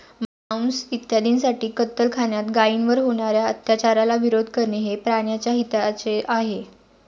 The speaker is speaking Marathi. मांस इत्यादींसाठी कत्तलखान्यात गायींवर होणार्या अत्याचाराला विरोध करणे हे प्राण्याच्या हिताचे आहे